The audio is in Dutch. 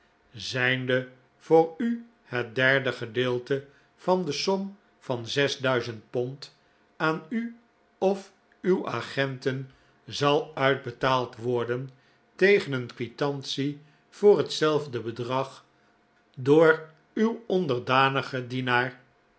zijnde voor u het derde gedeelte van de som van zes duizend pond aan u of uw agenten zal uitbetaald worden tegen een quitantie voor hetzelfde bedrag door uw onderdanigen dienaar